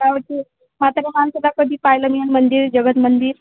काय होते म्हाताऱ्या माणसाला कधी पाहायला न्याल मंदिर जगतमंदिर